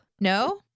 No